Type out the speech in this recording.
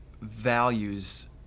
values